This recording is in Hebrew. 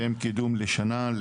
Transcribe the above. עם קידום לשנה,